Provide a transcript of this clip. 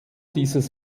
dieses